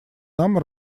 нам